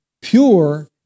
pure